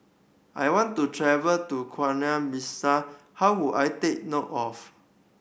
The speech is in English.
I want to travel to Guinea Bissau how would I take note of